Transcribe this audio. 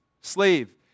Slave